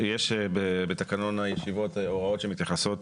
בתקנון הישיבות יש הוראות שמתייחסות